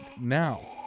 now